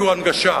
יהיו הנגשה.